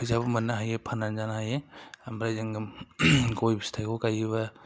फैसाबो मोननो हायो फाननानै जानो हायो ओमफ्राय जों गय फिथाइखौ गायोब्ला